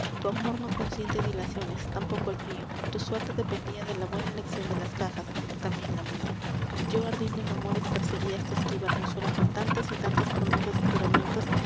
tu amor no consiente dilaciones tampoco el mio tu suerte dependia de la buena eleccion de las cajas tambien la mia yo ardiendo en amores perseguí á esta esquiva hermosura con tantas y tantas promesas y juramentos